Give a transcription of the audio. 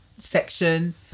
section